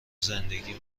زندگیم